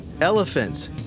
Elephants